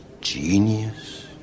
genius